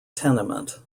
tenement